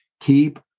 Keep